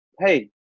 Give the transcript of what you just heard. hey